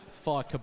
fire